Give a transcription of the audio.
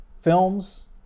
films